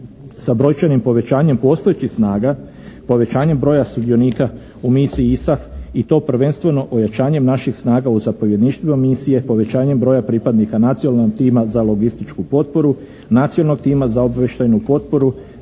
sa brojčanim povećanjem postojećih snaga povećanjem broja sudionika u misiji ISAF i to prvenstveno ojačanjem naših snaga u zapovjedništvima misije, povećanjem broja pripadnika nacionalnog tima za logističku potporu, nacionalnog tima za obavještajnu potporu